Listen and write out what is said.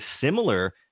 similar